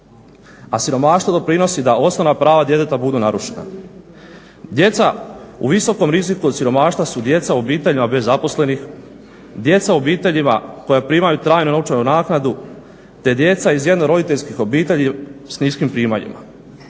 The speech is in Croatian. a siromaštvo doprinosi da osnovna prava djeteta budu narušena. Djeca u visokom riziku od siromaštva su djeca u obiteljima bez zaposlenih, djeca u obiteljima koja primaju trajnu novčanu naknadu te djeca iz jednoroditeljskih obitelji s niskim primanjima.